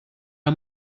are